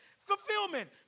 Fulfillment